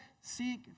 seek